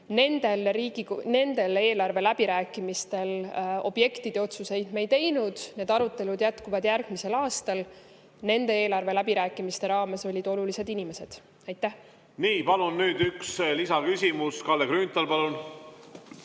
Nendel eelarve läbirääkimistel objektide kohta otsuseid me ei teinud. Need arutelud jätkuvad järgmisel aastal. Nende eelarve läbirääkimiste raames olid olulised inimesed. Ja palun nüüd üks lisaküsimus. Kalle Grünthal, palun!